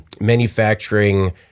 manufacturing